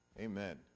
Amen